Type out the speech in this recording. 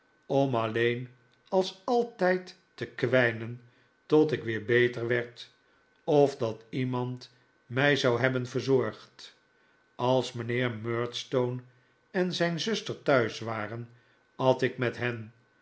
om alleen als altijd te kwijnen tot ik weer beter werd of dat iemand mij zou hebben verzorgd als mijnheer murdstone en zijn zuster thuis waren at ik met hen